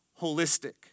holistic